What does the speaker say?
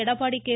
Edappadi K